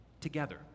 together